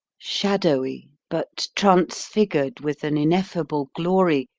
shadowy, but transfigured with an ineffable glory,